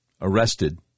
arrested